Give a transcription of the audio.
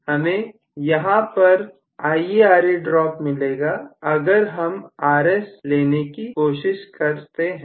हमें यहां पर IaRa ड्रॉप मिलेगा अगर हम Rs लेने की कोशिश करते हैं